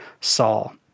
Saul